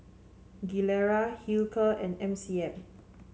Gilera Hilker and M C M